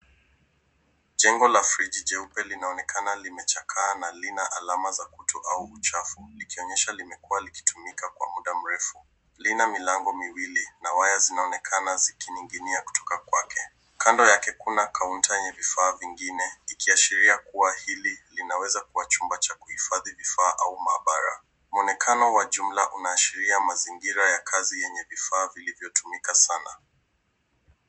Jengo la friji jeupe linanekana limechakaa na lina alama za kutu au uchafu ikionyesha limekuwa likitumika kwa muda mrefu. Lina milango miwili na waya zinaonekana zikining'inia kutoka kwake. Kando yake kuna kaunta yenye vifaa vingine ikiashiria kuwahili linawezakuwa chumba cha kuhifadhi vifaa au maabara. Mwonekano wa jumla unaashiria mazingira ya kazi yenye vifaa vilivyotumika sana.